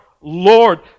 Lord